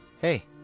Hey